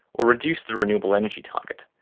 or reduce the renewable energy target,